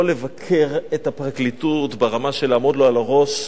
לבקר את הפרקליטות ברמה של לעמוד לה על הראש,